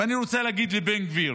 ואני רוצה להגיד לבן גביר: